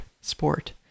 sport